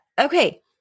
okay